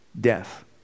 death